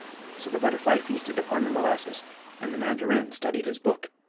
so the butterfly feasted upon the molasses and the mandarin studied his book,